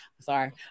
sorry